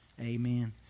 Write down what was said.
amen